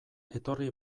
etorri